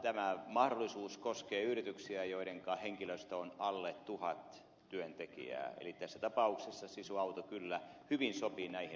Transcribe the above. tämä mahdollisuus koskee yrityksiä joidenka henkilöstö on alle tuhat työntekijää eli tässä tapauksessa sisu auto kyllä hyvin sopii näihin raameihin